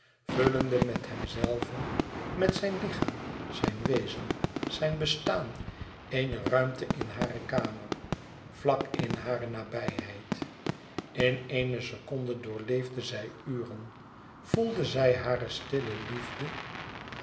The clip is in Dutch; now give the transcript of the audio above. vullende met hemzelven met zijn lichaam zijn wezen zijn bestaan eene ruimte in hare kamer vlak in hare nabijheid in éene seconde doorleefde zij uren voelde zij hare stille liefde